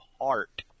heart